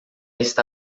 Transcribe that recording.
está